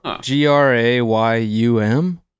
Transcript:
G-R-A-Y-U-M